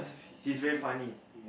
he's very funny